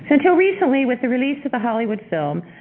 until recently with the release of the hollywood film,